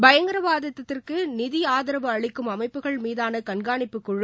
பயங்கரவாதத்திற்கு நிதி ஆதரவு அளிக்கும் அமைப்புகள் மீதான கண்காணிப்பு குழு